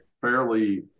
fairly